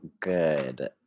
good